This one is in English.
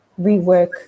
rework